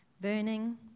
burning